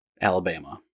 Alabama